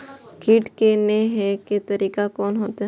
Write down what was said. कीट के ने हे के तरीका कोन होते?